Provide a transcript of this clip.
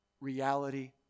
reality